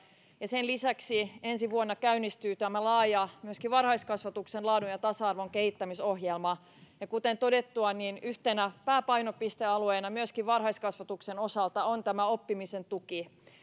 ja sen lisäksi ensi vuonna käynnistyy myöskin tämä laaja varhaiskasvatuksen laadun ja tasa arvon kehittämisongelma kuten todettua niin yhtenä pääpainopistealueena myöskin varhaiskasvatuksen osalta on tämä oppimisen tuki